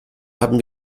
haben